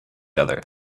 other